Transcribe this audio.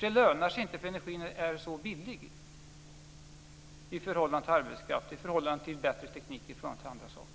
Det lönar sig inte därför att energin är så billig i förhållande till arbetskraft, i förhållande till bättre teknik och i förhållande till andra saker.